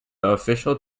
official